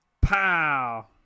Pow